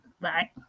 Bye